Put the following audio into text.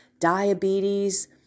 diabetes